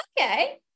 Okay